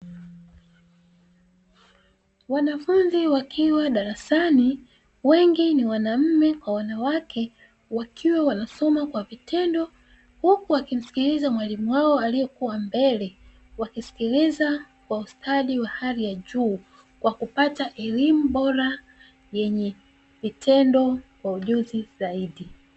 Wanafunzi wakiwa darasani wengi ni wanaume kwa wanawake wakiwa wanasoma kwa vitendo, huku wakimsikiliza mwalimu wao aliyekuwa mbele wakisikiliza kwa ustadi wa hali ya juu kwa kupata elimu bora yenye vitendo kwa ujuzi zaidi.